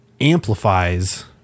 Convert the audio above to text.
amplifies